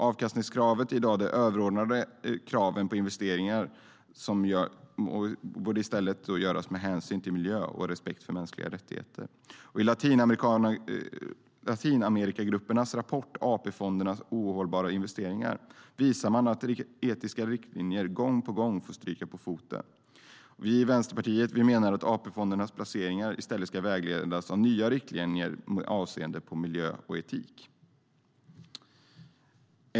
Avkastningskravet är i dag överordnat kravet på att investeringar ska göras med hänsyn till miljö och respekt för mänskliga rättigheter. I Latinamerikagruppernas rapport AP-fondernas ohållbara investeringar visar man att etiska riktlinjer gång på gång får stryka på foten. Vi i Vänsterpartiet menar att AP-fondernas placeringar i stället ska vägledas av nya riktlinjer avseende miljö och etik.